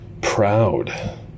proud